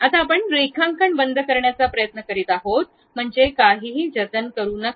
आता आपण रेखांकन बंद करण्याचा प्रयत्न करीत आहात म्हणजे काहीही जतन करू नका